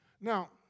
Now